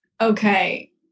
Okay